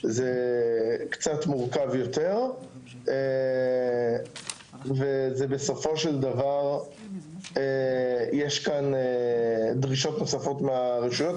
זה קצת מורכב יותר וזה בסופו של דבר יש כאן דרישות נוספות מהרשויות,